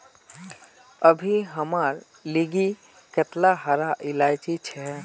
अभी हमार लिगी कतेला हरा इलायची छे